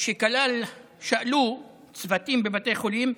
שאלו צוותים בבתי חולים,